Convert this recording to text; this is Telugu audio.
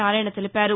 నారాయణ తెలిపారు